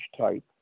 type